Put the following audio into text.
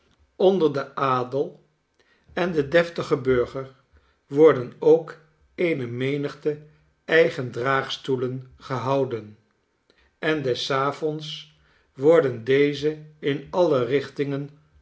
onder den adel en den deftigen burger worden ook eene menigte eig en draagstoelen gehouden en des avonds worden deze in alle richtingen